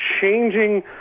changing